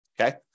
okay